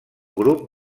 grup